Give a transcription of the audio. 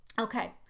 Okay